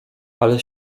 ale